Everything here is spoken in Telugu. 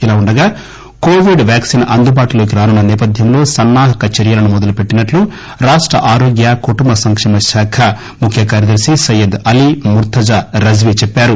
ఇలా వుండగా కోవిడ్ వాక్సిన్ అందుబాటులోకి రానున్న నేపథ్యంలో సన్నా హక చర్యలను మొదలు పెట్టినట్టు రాష్ట ఆరోగ్య కుటుంబ సంకేమ శాఖ ముఖ్య కార్యదర్శి సయ్యద్ అలీ ముర్తజా రిజ్వీ చెప్పారు